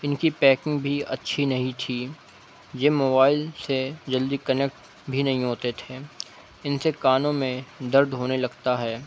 ان کی پیکنگ بھی اچھی نہیں تھی یہ موبائل سے جلدی کنیکٹ بھی نہیں ہوتے تھے ان سے کانوں میں درد ہونے لگتا ہے